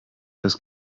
das